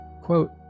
Quote